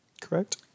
Correct